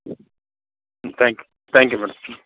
thank thank you madam